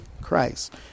Christ